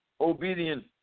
obedience